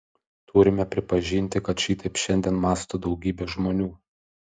turime pripažinti kad šitaip šiandien mąsto daugybė žmonių